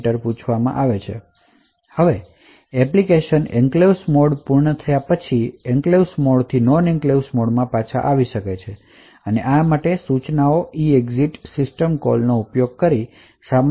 હવે encryption enclaves મોડમાં પૂર્ણ થયા પછી એપ્લિકેશન એન્ક્લેવ્સ મોડથી નોન એન્ક્લેવ્સ અથવા સામાન્ય મોડમાં EEXIT સિસ્ટમ કોલનો ઉપયોગ કરીને પાછા આવી શકે છે